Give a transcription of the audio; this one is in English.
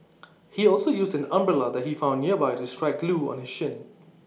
he also used an umbrella he found nearby to strike Loo on his shin